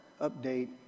update